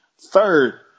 Third